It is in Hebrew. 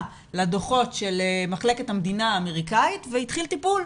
לדוחות של מחלקת המדינה האמריקאית והתחיל טיפול.